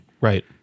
right